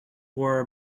wore